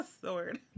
sword